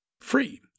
free